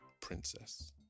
princess